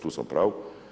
Tu sam u pravu.